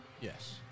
Yes